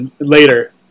later